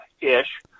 ish